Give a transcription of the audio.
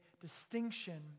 distinction